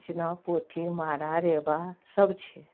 इचना पोठी मारा रेबा सब छै